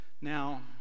Now